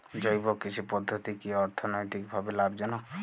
জৈব কৃষি পদ্ধতি কি অর্থনৈতিকভাবে লাভজনক?